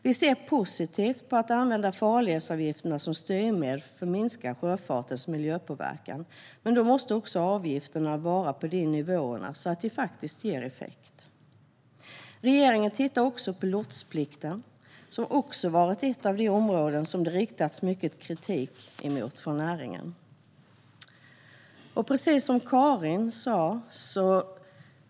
Vi ser positivt på att använda farledsavgifterna som styrmedel för att minska sjöfartens miljöpåverkan, men då måste avgifterna vara på sådana nivåer att de faktiskt ger effekt. Vidare tittar regeringen på lotsplikten, som också varit ett av de områden som näringen har riktat mycket kritik mot.